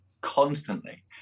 constantly